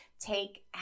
Take